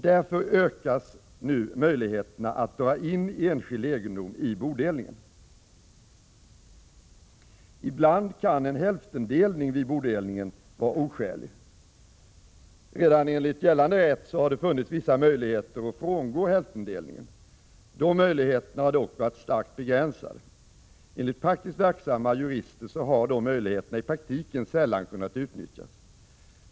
Därför ökas nu möjligheterna att dra in enskild egendom i bodelningen. Ibland kan en hälftendelning vid bodelningen vara oskälig. Redan enligt gällande rätt har det funnits vissa möjligheter att frångå hälftendelningen. Dessa möjligheter har dock varit starkt begränsade. Enligt praktiskt verksamma jurister har dessa möjligheter i praktiken sällan kunnat utnyttjas.